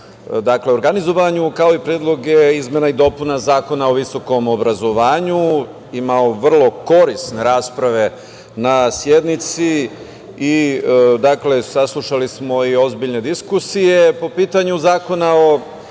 organizovanju kao i predloge izmena i dopuna Zakona o visokom obrazovanju i imao vrlo korisne rasprave na sednici. Dakle, saslušali smo i ozbiljne diskusije po pitanju Zakona o